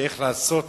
ואיך לעשות